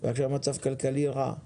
ועכשיו במצב כלכלי רע.